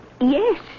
Yes